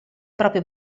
proprio